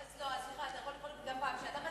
סליחה, אתה יכול לקרוא לי גם פעם שנייה.